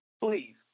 Please